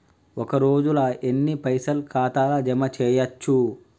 ఒక రోజుల ఎన్ని పైసల్ ఖాతా ల జమ చేయచ్చు?